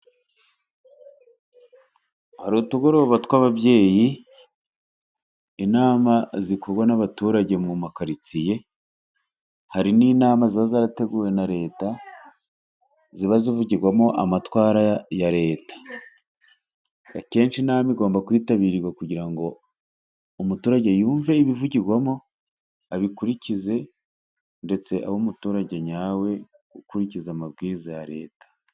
Hari utugoroba tw'ababyeyi, inama zikorwa n'abaturage mu makaritsiye, hari n'inama ziba zarateguwe na Reta ziba zivugirwamo amatwara ya Reta. Akeshi inama igomba kwitabirwa kugira ngo umuturage yumve ibivugirwamo abikurikize, ndetse abe umuturage nyawe ukurikiza amabwiriza ya Reta.